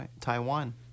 Taiwan